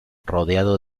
rodeado